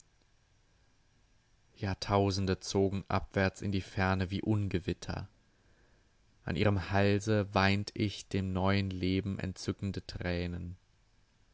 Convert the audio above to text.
jahrtausende zogen abwärts in die ferne wie ungewitter an ihrem halse weint ich dem neuen leben entzückende thränen